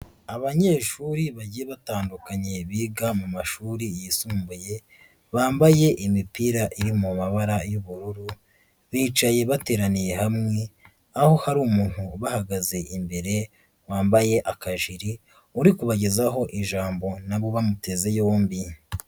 Abanyeshuri bagiye batandukanye biga mu mashuri yisumbuye, bambaye imipira iri mu mabara y'ubururu, bicaye bateraniye hamwe, aho hari umuntu ubahagaze imbere wambaye akajire, uri kubagezaho ijambo na bo bamuteze yombi.